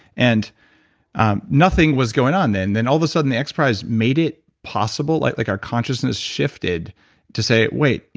and um nothing was going on then. then all of a sudden, the xprize made it possible. like, our consciousness shifted to say, wait,